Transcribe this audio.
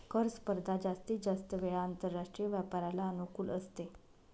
कर स्पर्धा जास्तीत जास्त वेळा आंतरराष्ट्रीय व्यापाराला अनुकूल असते